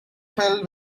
filled